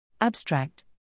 Abstract